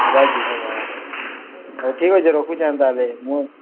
ହେବ ଆଜି ହେବ ହେବ ହଉ ଠିକ ଅଛି ରଖୁଛି ଆମେ ତାହେଲେ ମୁଁ